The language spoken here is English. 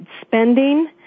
spending